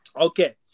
okay